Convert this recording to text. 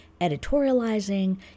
editorializing